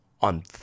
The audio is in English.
on